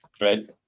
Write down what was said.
right